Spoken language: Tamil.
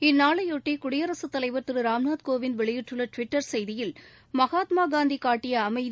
இந்நாளைபொட்டி குடியரசுத் தலைவர் திரு ராம்நாத் கோவிந்த் வெளியிட்டுள்ள டுவிட்டர் செய்தியில் மகாத்மா காந்தி காட்டிய அமைதி